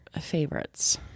Favorites